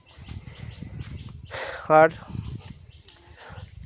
আর